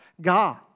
God